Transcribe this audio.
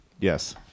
yes